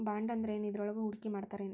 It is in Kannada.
ಬಾಂಡಂದ್ರೇನ್? ಇದ್ರೊಳಗು ಹೂಡ್ಕಿಮಾಡ್ತಾರೇನು?